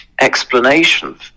explanation